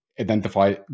identify